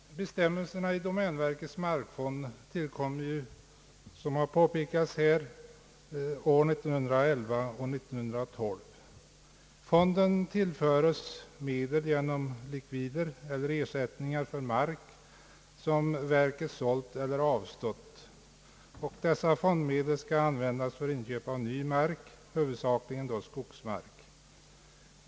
Bestämmelserna i domänverkets markfond tillkom ju, vilket här redan har påpekats, år 1911 och 1912. Fonden tillföres medel genom ersättningar för mark som verket sålt eller avstått ifrån. Dessa medel skall användas för inköp av ny mark, huvudsakligen då skogsmark.